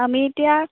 আমি এতিয়া